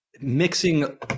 mixing